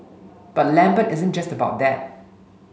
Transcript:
but Lambert isn't just about that